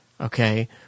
okay